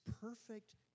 perfect